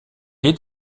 est